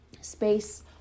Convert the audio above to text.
Space